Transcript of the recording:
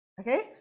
Okay